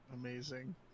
Amazing